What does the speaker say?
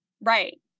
right